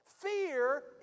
Fear